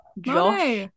Josh